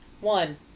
One